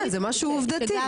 כן זה משהו עובדתי,